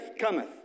cometh